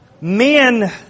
men